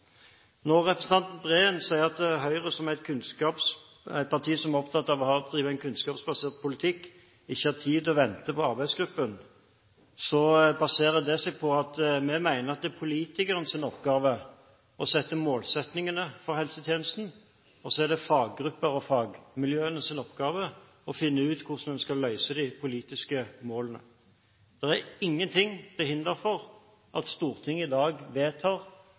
Når representanten Breen sier at Høyre som et kunnskapsparti, som er opptatt av å drive en kunnskapsbasert politikk, ikke har tid til å vente på arbeidsgruppen, baserer det seg på at vi mener at det er politikernes oppgave å sette målene for helsetjenesten, og så er det faggruppers og fagmiljøenes oppgave å finne ut hvordan en skal nå de politiske målene. Det er ingenting til hinder for at Stortinget i dag vedtar